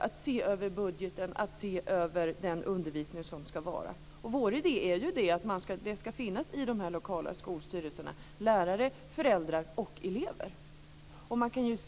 att se över budgeten och den undervisning som ska bedrivas. Vår idé är att det i de lokala skolstyrelserna ska finnas lärare, föräldrar och elever.